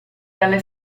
dalle